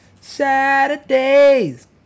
Saturdays